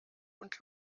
und